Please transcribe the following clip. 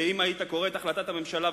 ואם היית קורא את החלטת הממשלה,